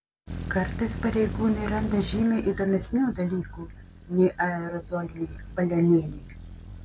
kartais pareigūnai randa žymiai įdomesnių dalykų nei aerozoliniai balionėliai